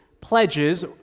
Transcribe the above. pledges